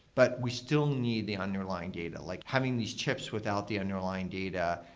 but we still need the underlying data, like having these chips without the underlying data,